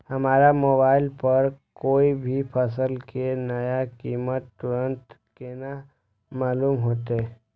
हमरा मोबाइल पर कोई भी फसल के नया कीमत तुरंत केना मालूम होते?